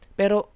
pero